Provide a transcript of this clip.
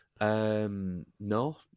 No